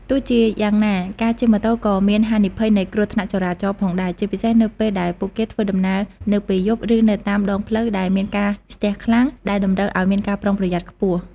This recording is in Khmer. ទោះជាយ៉ាងណា ការជិះម៉ូតូក៏មានហានិភ័យនៃគ្រោះថ្នាក់ចរាចរណ៍ផងដែរ ជាពិសេសនៅពេលដែលពួកគេធ្វើដំណើរនៅពេលយប់ឬនៅតាមដងផ្លូវដែលមានការស្ទះខ្លាំង ដែលតម្រូវឱ្យមានការប្រុងប្រយ័ត្នខ្ពស់។